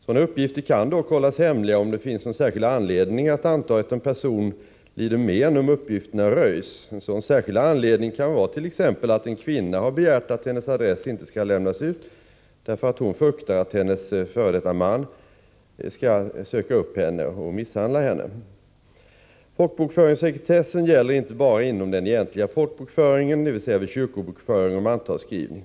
Sådana uppgifter kan dock hållas hemliga, om det finns någon särskild anledning att anta att en person lider men om uppgifterna röjs. En sådan särskild anledning kan vara t.ex. att en kvinna har begärt att hennes adress inte skall lämnas ut därför att hon fruktar att hennes f. d. man skall söka upp henne och misshandla henne. Folkbokföringssekretessen gäller inte bara inom den egentliga folkbokföringen, dvs. vid kyrkobokföring och mantalsskrivning.